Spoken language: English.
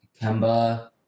Kemba